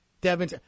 Devin